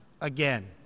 again